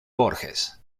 borges